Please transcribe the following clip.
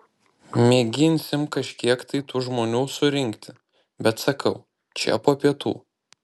mėginsim kažkiek tai tų žmonių surinkti bet sakau čia po pietų